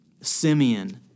Simeon